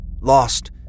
Lost